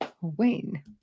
Wayne